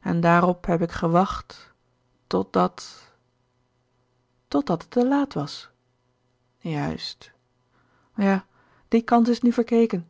en daarop heb ik gewacht tot dat tot dat het te laat was juist ja die kans is nu verkeken